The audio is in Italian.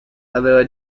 aveva